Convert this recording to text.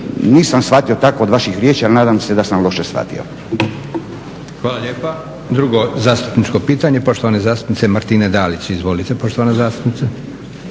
Nisam shvatio tako od vaših riječi ali nadam se da sam loše shvatio.